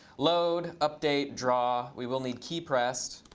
load, update, draw. we will need keypressed.